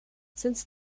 since